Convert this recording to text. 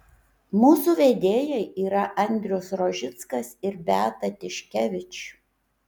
mūsų vedėjai yra andrius rožickas ir beata tiškevič